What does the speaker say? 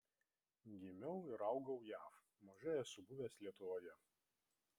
gimiau ir augau jav mažai esu buvęs lietuvoje